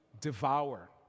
devour